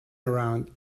around